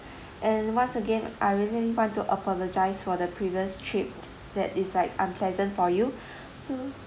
and once again I would really want to apologise for the previous trip that is like unpleasant for you so